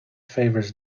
favors